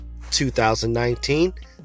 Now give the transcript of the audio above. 2019